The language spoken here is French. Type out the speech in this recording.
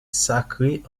sacré